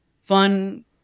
fun